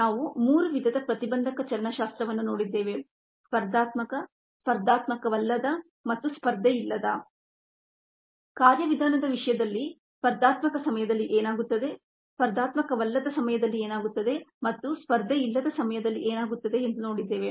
ನಾವು ಮೂರು ವಿಧದ ಪ್ರತಿಬಂಧಕ ಚಲನಶಾಸ್ತ್ರವನ್ನು ನೋಡಿದ್ದೇವೆ - ಸ್ಪರ್ಧಾತ್ಮಕ ಸ್ಪರ್ಧಾತ್ಮಕವಲ್ಲದ ಮತ್ತು ಸ್ಪರ್ಧೆಯಿಲ್ಲದ ಕಾರ್ಯವಿಧಾನದ ವಿಷಯದಲ್ಲಿ ಸ್ಪರ್ಧಾತ್ಮಕ ಸಮಯದಲ್ಲಿ ಏನಾಗುತ್ತದೆ ಸ್ಪರ್ಧಾತ್ಮಕವಲ್ಲದ ಸಮಯದಲ್ಲಿ ಏನಾಗುತ್ತದೆ ಮತ್ತು ಸ್ಪರ್ಧೆಯಿಲ್ಲದ ಸಮಯದಲ್ಲಿ ಏನಾಗುತ್ತದೆ ಎಂದು ನೋಡಿದ್ದೇವೆ